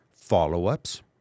Follow-ups